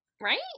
Right